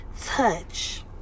touch